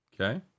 Okay